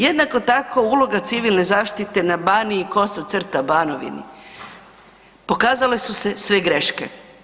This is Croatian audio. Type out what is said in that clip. Jednako tako uloga Civilne zaštite na Baniji kosa crta Banovini pokazale su se sve greške.